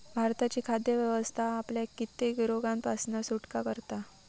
भारताची खाद्य व्यवस्था आपल्याक कित्येक रोगांपासना सुटका करता